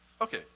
Okay